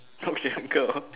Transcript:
sia kau